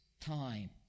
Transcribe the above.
time